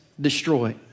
destroyed